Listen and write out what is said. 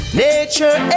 nature